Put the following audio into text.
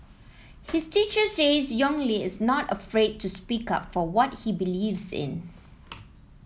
his teacher says Yong Li is not afraid to speak up for what he believes in